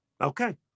Okay